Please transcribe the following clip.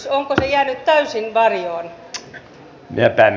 onko se jäänyt täysin varjoon